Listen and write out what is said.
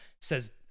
says